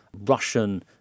Russian